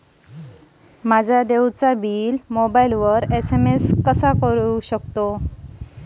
माझे देय बिल मला मोबाइलवर एस.एम.एस द्वारे समजू शकेल का?